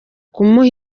kumuha